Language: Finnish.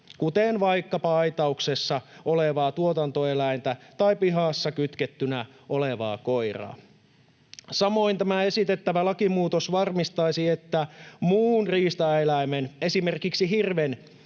kuten vaikkapa aitauksessa olevaa tuotantoeläintä tai pihassa kytkettynä olevaa koiraa. Samoin tämä esitettävä lakimuutos varmistaisi, että muun riistaeläimen, esimerkiksi hirven,